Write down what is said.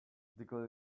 degree